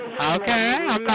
Okay